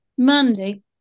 Monday